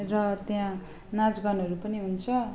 र त्यहाँ नाचगानहरू पनि हुन्छ